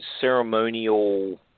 ceremonial